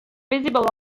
visible